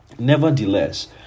Nevertheless